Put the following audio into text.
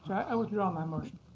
i withdraw my motion.